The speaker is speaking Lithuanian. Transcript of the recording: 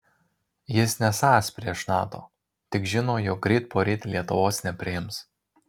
jis nesąs prieš nato tik žino jog ryt poryt lietuvos nepriims